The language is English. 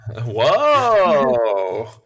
Whoa